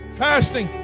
fasting